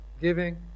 giving